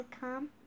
come